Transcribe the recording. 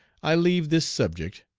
i leave this subject,